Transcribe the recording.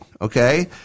okay